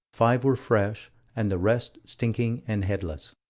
five were fresh and the rest stinking and headless.